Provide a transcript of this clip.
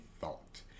Thought